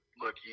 look